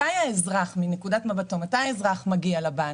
מתי האזרח מגיע לבנק?